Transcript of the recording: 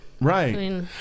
Right